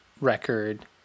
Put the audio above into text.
record